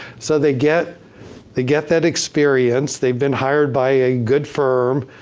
so, they get they get that experience. they've been hired by a good firm,